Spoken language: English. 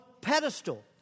pedestal